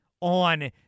on